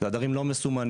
זה עדרים לא מסומנים,